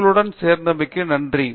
எங்களுடன் சேர்த்ததற்கு நன்றி